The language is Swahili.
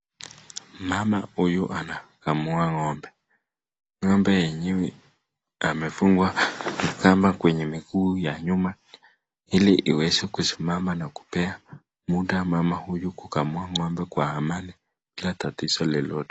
Mama huyu anakamua ng'ombe. Ng'ombe yenyewe amefugwa kamba kwenye miguu ya nyuma ili iweze kusimama na kupea muda mama huyu kukamua ng'ombe kwa amani bila tatizo lolote.